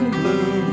blue